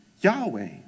Yahweh